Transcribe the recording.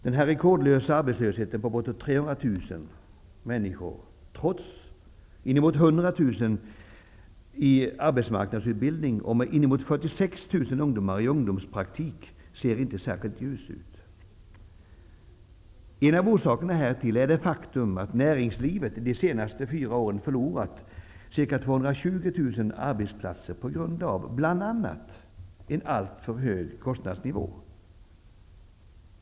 Med dagens rekordhöga arbetslöshet på bortåt 300 000 människor, trots att nästan 100 000 är i arbetsmarknadsutbildning och inemot 46 000 ungdomar i ungdomspraktik, ser det inte särskilt ljust ut. En av orsakerna härtill är det faktum att näringslivet de senaste fyra åren förlorat ca 220 000 arbetsplatser på grund av bl.a. en alltför hög kostnadsnivå.